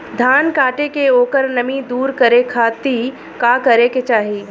धान कांटेके ओकर नमी दूर करे खाती का करे के चाही?